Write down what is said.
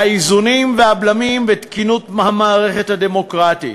האיזונים והבלמים ותקינות המערכת הדמוקרטית.